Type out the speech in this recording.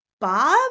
Bob